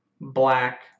black